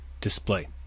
display